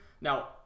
now